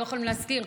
לא יכולים להשכיר,